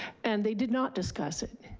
and they did not discuss it.